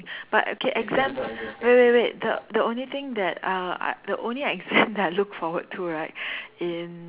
but okay exam wait wait wait the the only thing that uh the only exam that I look forward to right in